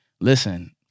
Listen